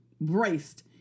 braced